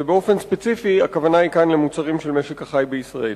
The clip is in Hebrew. ובאופן ספציפי הכוונה היא כאן למוצרים של משק החי בישראל.